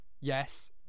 yes